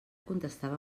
contestava